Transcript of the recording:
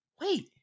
Wait